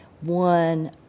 one